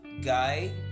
guy